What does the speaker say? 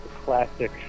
classic